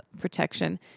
protection